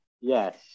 Yes